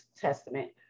Testament